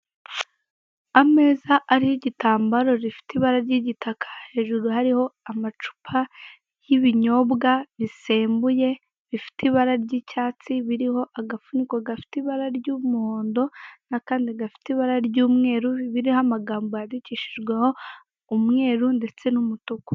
Ameza ariho igitambaro gifite ibara ry'igitaka hejuru hariho amacupa y'ibinyobwa bisembuye bifite ibara ry'icyatsi biriho agafuniko gafite ibara ry'umuhondo n'akandi gafite ibara ry'umweru biriho amagambo yandikishije umweru ndetse n'umutuku.